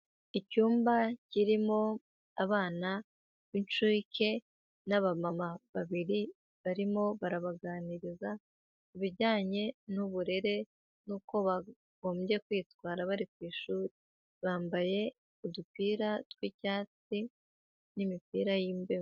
Icyumba kirimo abana b'incuke n'abamama babiri, barimo barabaganiriza ku bijyanye n'uburere, n'uko bagombye kwitwara bari ku ishuri. Bambaye udupira tw'icyatsi n'imipira y'imbeho.